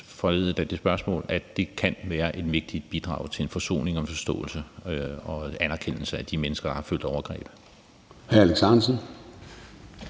af det spørgsmål, at det kan være et vigtigt bidrag til en forsoning, en forståelse og en anerkendelse af de mennesker, der har følt overgreb. Kl.